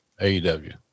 AEW